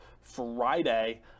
Friday